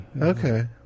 Okay